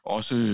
Også